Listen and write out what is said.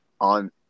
on